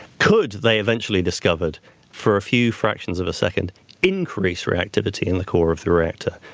could, they eventually discovered for a few fractions of a second increased reactivity in the core of the reactor.